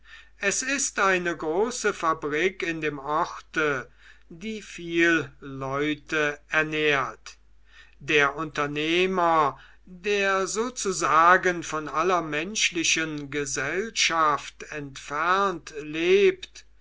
es ist eine große fabrik in dem orte die viel leute ernährt der unternehmer der sozusagen von aller menschlichen gesellschaft entfernt lebt